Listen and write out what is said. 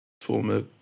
former